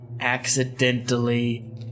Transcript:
accidentally